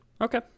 okay